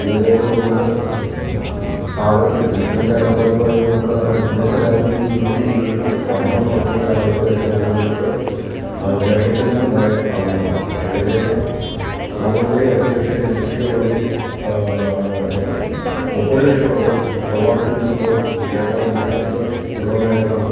ഇന്ത്യയിൽ ഏറ്റവും കൂടുതൽ ആളുകൾ ജനസംഖ്യാനുപാതികായി നോക്കുക ആണെങ്കിൽ വിദേശ രാജ്യങ്ങളിൽ ജോലി ചെയ്യുന്നവരും പഠനം നടത്തുന്ന ആളുകൾ ഏറ്റവും കൂടുതൽ ഉള്ളത് കേരളത്തിൽ നിന്ന് പോയ ആളുകളാണ് ഏകദേശം മൂന്ന് കോടി അറുപത് ലക്ഷം ജനസംഖ്യ ഉള്ളതിൽ മുപ്പത് ലക്ഷത്തോളം പ്രവാസികൾ ഇപ്പോൾ കേരള സംസ്ഥാനത്ത് ഉള്ളതായിട്ടാണ്